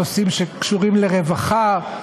נושאים שקשורים לרווחה,